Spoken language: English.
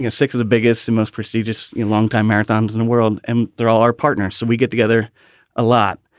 ah six of the biggest, and most prestigious longtime marathons in the and world. and they're all our partners. so we get together a lot.